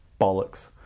Bollocks